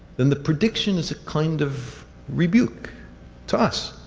then the predictions ah kind of rebuke to us.